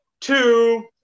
two